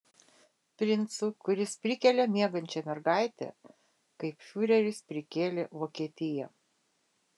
princu kuris prikelia miegančią mergaitę kaip fiureris prikėlė vokietiją